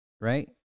Right